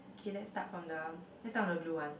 okay lets start from the lets start from the blue one